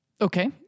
Okay